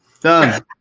Done